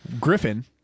Griffin